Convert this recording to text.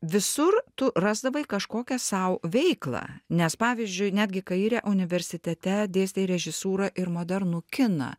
visur tu rasdavai kažkokią sau veiklą nes pavyzdžiui netgi kaire universitete dėstei režisūrą ir modernų kiną